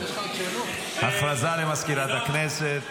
הכרזה לסגנית מזכיר הכנסת.